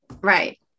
Right